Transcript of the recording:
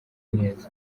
neza